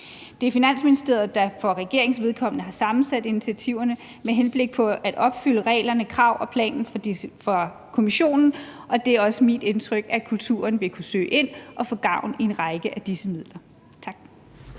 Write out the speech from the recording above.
Det er Finansministeriet, der for regeringens vedkommende har sammensat initiativerne med henblik på at opfylde reglerne, kravene og planen fra Kommissionen, og det er også mit indtryk, at kulturen vil kunne søge og få gavn af en række af disse midler. Tak.